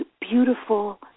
beautiful